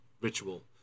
ritual